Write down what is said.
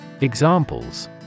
Examples